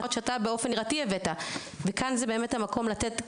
דוגמאות שאתה באופן יצירתי הבאת וכאן זה באמת המקום לתת,